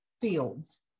fields